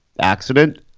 accident